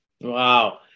Wow